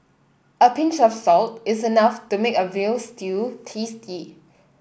a pinch of salt is enough to make a veal stew tasty